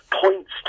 points